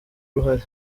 uruhare